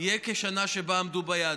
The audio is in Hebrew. תהיה כשנה שבה עמדו ביעד.